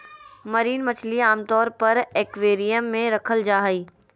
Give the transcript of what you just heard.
marine मछली आमतौर पर एक्वेरियम मे रखल जा हई